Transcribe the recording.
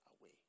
away